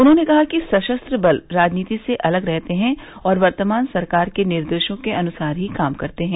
उन्होंने कहा कि सशस्त्र बल राजनीति से अलग रहते है और वर्तमान सरकार के निर्देशों के अनुसार ही काम करते हैं